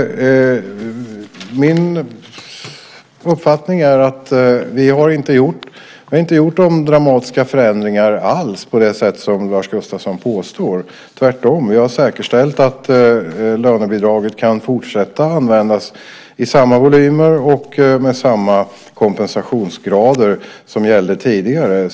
Min uppfattning är att vi inte alls har gjort några dramatiska förändringar på det sätt som Lars Gustafsson påstår. Tvärtom har vi säkerställt att lönebidraget kan fortsätta att användas i samma volymer och med samma kompensationsgrader som gällde tidigare.